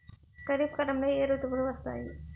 ఖరిఫ్ కాలంలో ఏ ఋతువులు వస్తాయి?